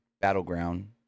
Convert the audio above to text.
Battleground